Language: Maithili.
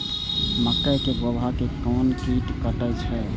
मक्के के गाभा के कोन कीट कटे छे?